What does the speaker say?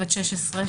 בת 16,